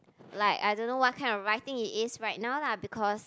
like I don't know what kind of writing it is right now lah because